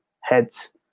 heads